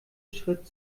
schritt